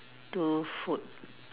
two food